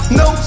no